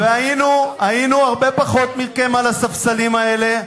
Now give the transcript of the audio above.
והיינו הרבה פחות מכם על הספסלים האלה,